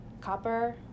copper